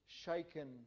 Shaken